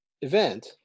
event